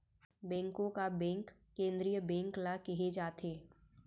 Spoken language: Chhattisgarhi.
बेंको का बेंक केंद्रीय बेंक ल केहे जाथे